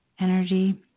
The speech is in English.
energy